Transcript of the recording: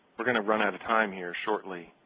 we're going to run out of time here shortly,